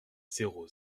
zéro